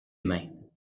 mains